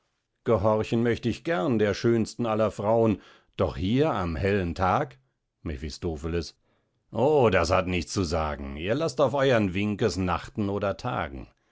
gehorchen möcht ich gern der schönsten aller frauen doch hier am hellen tag mephistopheles o das hat nichts zu sagen ihr laßt auf euern wink es nachten oder tagen